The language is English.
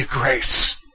grace